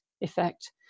effect